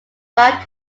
about